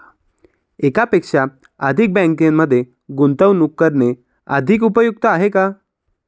एकापेक्षा अधिक बँकांमध्ये गुंतवणूक करणे अधिक उपयुक्त आहे का?